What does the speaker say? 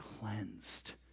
cleansed